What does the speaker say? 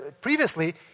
Previously